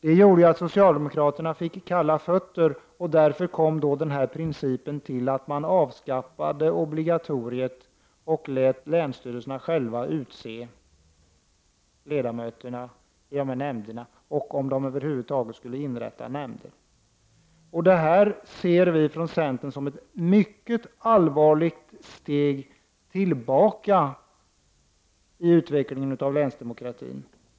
Detta gjorde att socialdemokraterna fick kalla fötter, och av den anledningen kom den princip till som innebar att obligatoriet av skaffades och länsstyrelserna själva fick utse ledamöterna i nämnderna och avgöra om de över huvud taget skulle inrätta nämnder. Centern ser detta som ett mycket allvarligt steg tillbaka i utvecklingen i fråga om länsdemokrati.